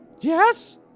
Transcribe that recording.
Yes